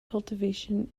cultivation